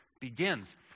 begins